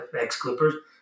ex-Clippers